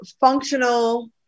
functional